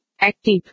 active